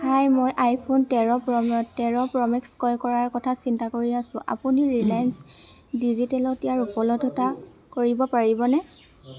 হাই মই আইফোন তেৰ প্ৰ' মে প্ৰ' মেক্স ক্ৰয় কৰাৰ কথা চিন্তা কৰি আছো আপুনি ৰিলায়েন্স ডিজিটেলত ইয়াৰ উপলব্ধতা কৰিব পাৰিবনে